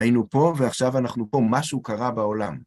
היינו פה, ועכשיו אנחנו פה, משהו קרה בעולם.